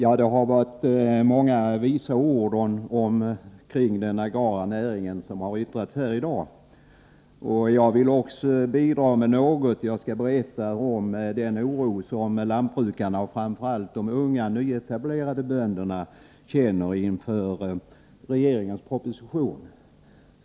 Fru talman! Många visa ord har uttryckts här i dag omkring den agrara näringen. Jag vill också bidra med något. Jag skall berätta om den oro som lantbrukarna — framför allt de unga nyetablerade bönderna — känner inför regeringens proposition.